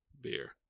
beer